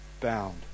bound